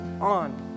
on